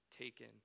taken